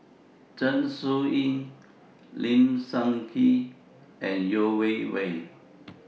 Zeng Shouyin Lim Sun Gee and Yeo Wei Wei